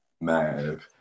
Man